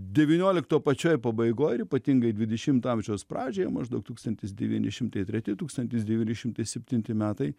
devyniolikto pačioje pabaigoj ypatingai dvidešimto amžiaus pradžioje maždaug tūkstantis devyni šimtai treti tūkstantis devyni šimtai septinti metai